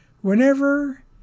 Whenever